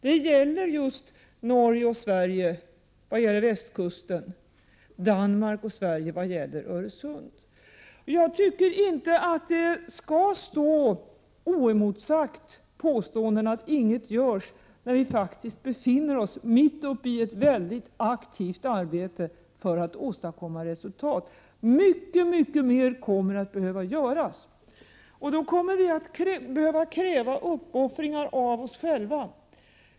Det handlar om Norge och Sverige när det gäller västkusten, samt om Danmark och Sverige när det gäller Öresund. Jag tycker inte att påståendet att ingenting görs skall stå oemotsagt, när vi faktiskt befinner oss mitt uppe i ett mycket aktivt arbete för att åstadkomma resultat. Mycket, mycket mer kommer att behöva göras. Vi kommer att behöva kräva uppoffringar av oss själva.